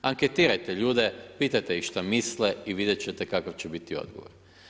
Anketirajte ljude, pitajte ih šta misle i vidjet ćete kakav će biti odgovor.